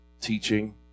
teaching